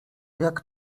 jak